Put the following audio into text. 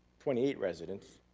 twenty eight residents,